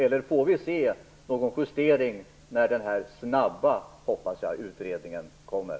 Eller får vi se en justering när den snabba, hoppas jag, utredningen kommer?